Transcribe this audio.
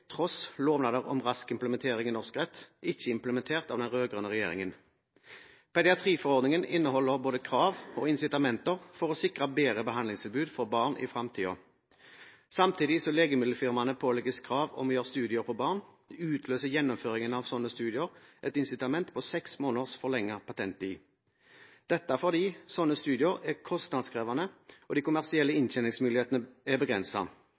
tross lovnader om rask implementering i norsk rett, ikke implementert av den rød-grønne regjeringen. Pediatriforordningen inneholder både krav og insitamenter for å sikre bedre behandlingstilbud for barn i fremtiden. Samtidig som legemiddelfirmaene pålegges krav om å gjøre studier på barn, utløser gjennomføringen av slike studier et insitament på seks måneders forlenget patenttid – dette fordi slike studier er kostnadskrevende, og de kommersielle inntjeningsmulighetene er